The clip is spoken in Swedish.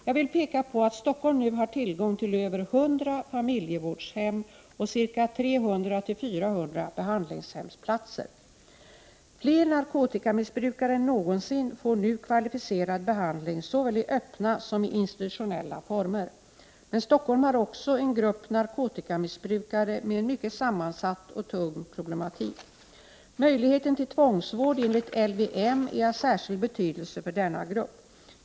Jag vill peka på att Stockholm nu har tillgång till över 100 familjevårdshem och ca 300-400 behandlingshemsplatser. Fler narkotikamissbrukare än någonsin får nu kvalificerad behandling såväli öppna som i institutionella former. Men Stockholm har också en grupp narkotikamissbrukare med en mycket sammansatt och tung problematik. Möjligheten till tvångsvård enligt LVM är av särskild betydelse för denna grupp.